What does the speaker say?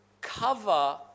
cover